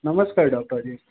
नमस्कार डॉक्टर जी